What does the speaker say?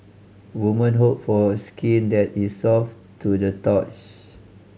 woman hope for skin that is soft to the touch